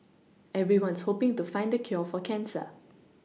everyone's hoPing to find the cure for cancer